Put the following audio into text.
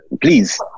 please